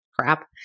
crap